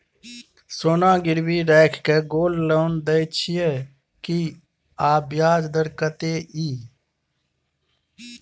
सोना गिरवी रैख के गोल्ड लोन दै छियै की, आ ब्याज दर कत्ते इ?